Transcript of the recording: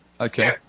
Okay